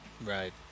Right